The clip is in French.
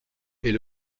est